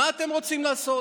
מה אתם רוצים לעשות?